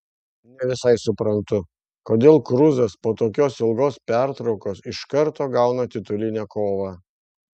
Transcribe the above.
ne visai suprantu kodėl kruzas po tokios ilgos pertraukos iš karto gauna titulinę kovą